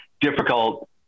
difficult